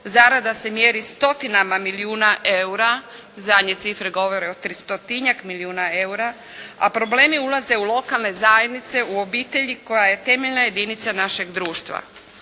Zarada se mjeri stotinama milijuna EUR-a. Zadnje cifre govore o tristotinjak milijuna EUR-a a problemi ulaze u lokalne zajednice, u obitelji koja je temeljna jedinica našeg društva.